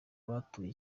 batuye